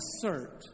assert